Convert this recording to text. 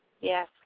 yes